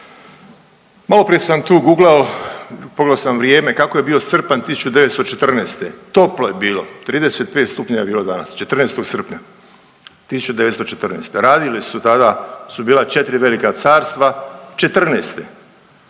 Maloprije sam tu guglao, pogledao sam vrijeme kako je bio srpanj 1914., toplo je bilo 35 stupnjeva je bilo danas 14. srpnja 1914. Radili stu tada su bila 4 velika carstva, '14.,